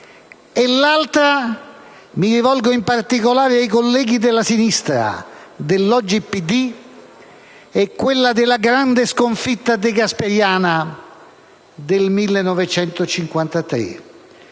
e l'altra - mi rivolgo in particolare ai colleghi della sinistra, dell'oggi PD - è quella della grande sconfitta degasperiana del 1953,